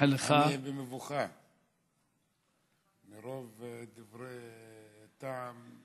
מאחל לך, אני במבוכה מרוב דברי טעם,